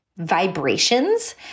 vibrations